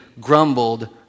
grumbled